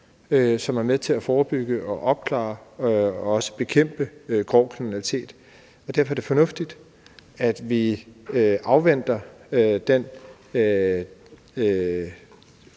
som er med til at forebygge og opklare og også bekæmpe grov kriminalitet. Derfor er det fornuftigt, at vi afventer den